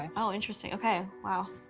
um oh, interesting. okay. wow!